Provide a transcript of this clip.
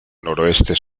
noroeste